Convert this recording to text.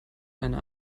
eine